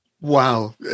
Wow